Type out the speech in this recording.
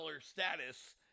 status